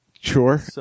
sure